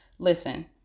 Listen